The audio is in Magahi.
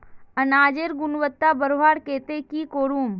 अनाजेर गुणवत्ता बढ़वार केते की करूम?